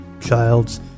Childs